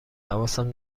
حواسم